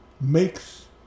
makes